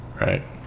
Right